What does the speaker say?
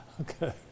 Okay